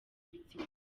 ibitsina